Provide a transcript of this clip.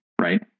right